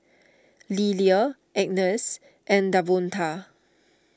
Lilia Agness and Davonta